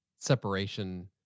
separation